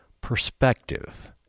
perspective